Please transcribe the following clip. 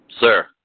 Sir